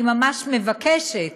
אני ממש מבקשת